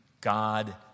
God